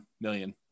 million